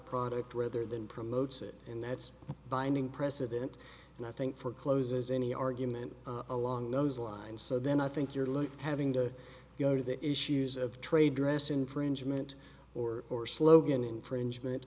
product rather than promotes it and that's binding precedent and i think for close as any argument along those lines so then i think you're like having to go to the issues of trade dress infringement or or slogan infringement